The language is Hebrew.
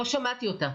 לא שמעתי אותה.